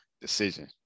decision